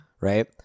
right